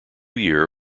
year